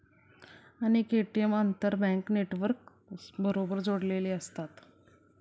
अनेक ए.टी.एम आंतरबँक नेटवर्कबरोबर जोडलेले असतात